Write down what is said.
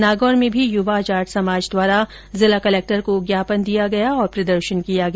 नागौर में भी युवा जाट समाज द्वारा जिला कलक्टर को ज्ञापन दिया गया और प्रदर्शन किया गया